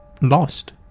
lost